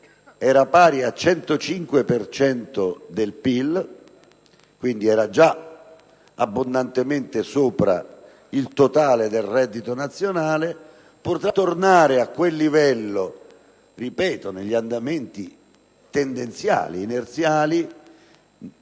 era pari al 105 per cento del PIL (quindi già abbondantemente sopra il totale del reddito nazionale), potrà tornare a quel livello, negli andamenti tendenziali e inerziali,